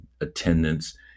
attendance